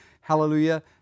Hallelujah